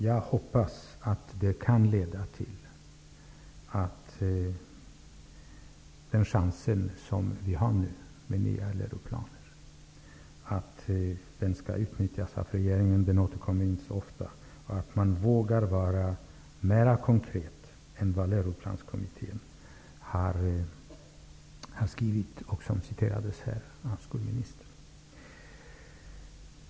Jag hoppas att det kan leda till att den chans vi nu har när det gäller nya läroplaner skall utnyttjas av regeringen. En sådan chans återkommer inte så ofta. Dessutom hoppas jag att man skall våga vara litet mera konkret än vad Läroplanskommittén har varit i sin skrivning. Skolministern återgav nyss en del av den skrivningen.